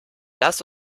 lass